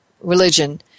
religion